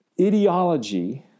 ideology